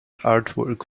artwork